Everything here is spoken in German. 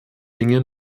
dinge